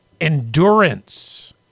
endurance